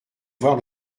voir